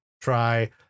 try